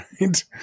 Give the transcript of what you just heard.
Right